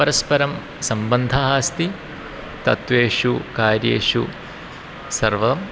परस्परं सम्बन्धः अस्ति तत्वेषु कार्येषु सर्वं